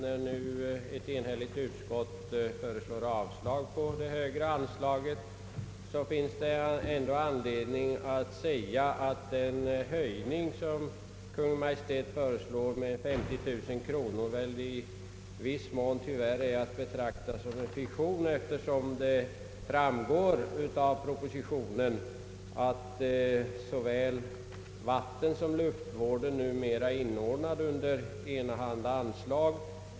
Trots att ett enhälligt utskott föreslår avslag på det högre anslaget finns det ändå anledning att säga att den höjning som Kungl. Maj:t föreslår med 50 000 kronor i viss mån tyvärr är att betrakta som en fiktion, eftersom det framgår av propositionen att såväl vattenvården som luftvården numera har inordnats under ett och samma anslag.